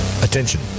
Attention